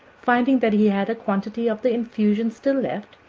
finding that he had a quantity of the infusion still left,